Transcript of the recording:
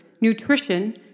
nutrition